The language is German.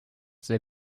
sehr